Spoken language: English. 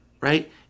right